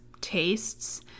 tastes